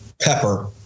pepper